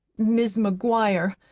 mis' mcguire,